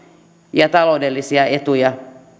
ja taloudellisia etuja